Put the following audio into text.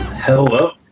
hello